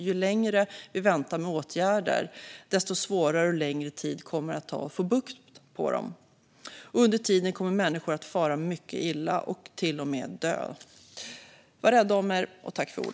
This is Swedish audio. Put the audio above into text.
Ju längre vi väntar med åtgärder, desto svårare kommer det att bli och desto längre tid kommer det att ta att få bukt med dem. Under tiden kommer människor att fara mycket illa och till och med dö. Var rädda om er!